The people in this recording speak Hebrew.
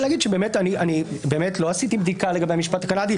אני רק רוצה להגיד שבאמת לא עשיתי בדיקה לגבי המשפט הקנדי.